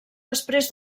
després